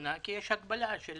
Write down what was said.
החתונה כי יש הגבלה של